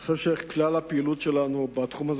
אני חושב שכלל הפעילות שלנו בתחום הזה